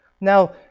Now